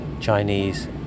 Chinese